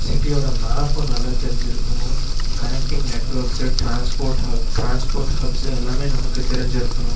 சிட்டியோட map நல்லா தெரிஞ்சிருக்கணும் connecting networks transport have transport hubs எல்லாமே நமக்கு தெரிஞ்சிருக்கணும்